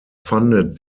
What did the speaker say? funded